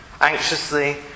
Anxiously